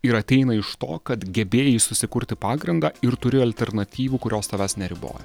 ir ateina iš to kad gebėjai susikurti pagrindą ir turi alternatyvų kurios tavęs neriboja